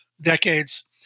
decades